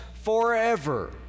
forever